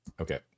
Okay